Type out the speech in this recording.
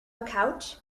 couch